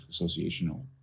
associational